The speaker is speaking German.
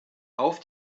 auf